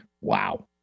Wow